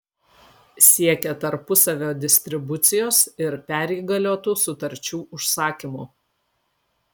siekia tarpusavio distribucijos ir perįgaliotų sutarčių užsakymų